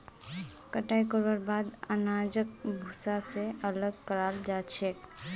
कटाई करवार बाद अनाजक भूसा स अलग कराल जा छेक